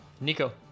Nico